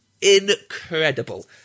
incredible